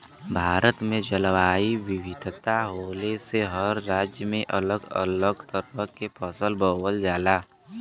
भारत में जलवायु विविधता होले से हर राज्य में अलग अलग तरह के फसल बोवल जाला